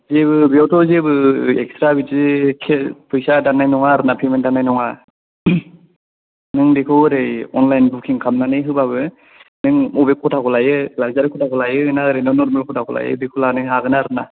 जेबो बेयावथ' जेबो एक्सट्रा बिदि केस फैसा दाननाय नङा आरोना पेमेन्ट दाननाय नङा नों बेखौ ओरै अनलाइन बुकिं खालामनानै होबाबो नों अबे खथाखौ लायो लाकजारि खथाखौ लायो ना ओरैनो नर्मेल खथाखौ लायो बेखौ लानो हागोन आरो ना